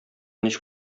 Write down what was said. ничек